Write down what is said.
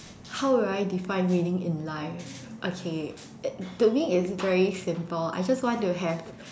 how would I define winning in life okay uh to me is very simple I just want to have